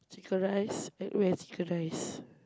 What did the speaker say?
chicken rice at where chicken rice